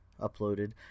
uploaded